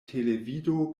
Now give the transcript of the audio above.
televido